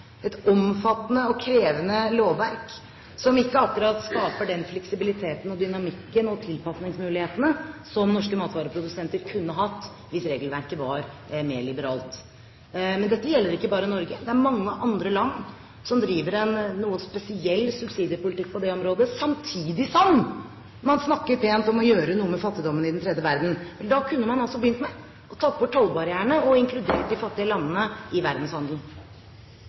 et omfattende og krevende lovverk som ikke akkurat skaper den fleksibiliteten og dynamikken og de tilpasningsmulighetene som norske matvareprodusenter kunne hatt hvis regelverket var mer liberalt. Dette gjelder ikke bare Norge. Det er mange andre land som driver en noe spesiell subsidiepolitikk på det området, samtidig som man snakker pent om å gjøre noe med fattigdommen i den tredje verden. Da kunne man begynt med å ta bort tollbarrierene og inkludert de fattige landene i verdenshandelen.